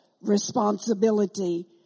responsibility